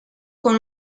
con